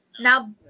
Now